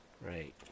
right